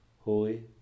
Holy